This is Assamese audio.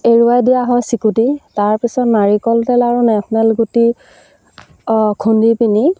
এৰুৱাই দিয়া হয় চিকুটি তাৰপিছত নাৰিকল তেল আৰু নেফনেল গুটি খুন্দি পিনি